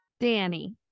Danny